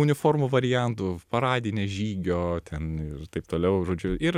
uniformų variantų paradinė žygio ten ir taip toliau žodžiu ir